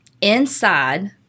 Inside